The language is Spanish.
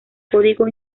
código